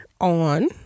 on